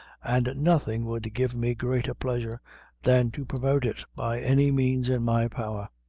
and nothing would give me greater pleasure than to promote it by any means in my power.